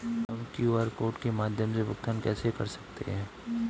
हम QR code के माध्यम से भुगतान कैसे कर सकते हैं?